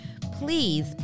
please